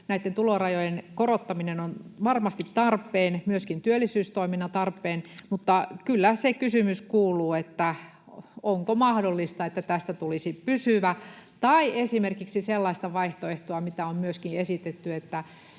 näitten tulorajojen korottaminen on varmasti tarpeen, myöskin työllisyystoiminnan suhteen, mutta kyllä se kysymys kuuluu, että onko mahdollista, että tästä tulisi pysyvä, tai onko mahdollinen esimerkiksi sellainen vaihtoehto, mitä on myöskin esitetty, että